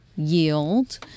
yield